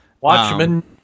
Watchmen